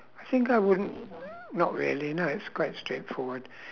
I think I wouldn't not really no it's quite straightforward